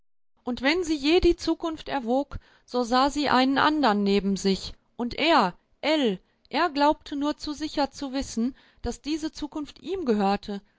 und wenn sie je die zukunft erwog so sah sie einen andern neben sich und er ell er glaubte nur zu sicher zu wissen daß diese zukunft ihm gehörte